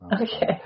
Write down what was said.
Okay